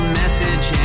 message